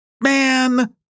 man